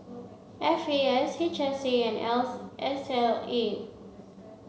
F A S H S A and S L A